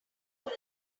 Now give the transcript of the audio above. line